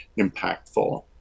impactful